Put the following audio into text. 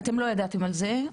אתם לא ידעתם על זה,